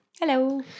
hello